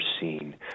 seen